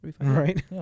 Right